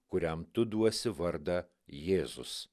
kuriam tu duosi vardą jėzus